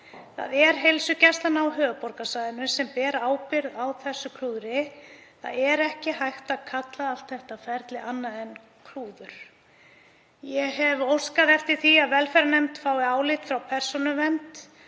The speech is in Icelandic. Það er Heilsugæsla höfuðborgarsvæðisins sem ber ábyrgð á þessu klúðri. Ekki er hægt að kalla allt þetta ferli annað en klúður. Ég hef óskað eftir því að velferðarnefnd fái álit frá Persónuvernd